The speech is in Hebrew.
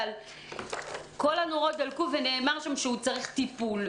אבל כל הנורות דלקו ונאמר שם שהוא צריך טיפול.